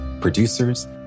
producers